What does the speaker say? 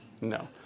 no